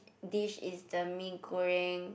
dish is the mee-goreng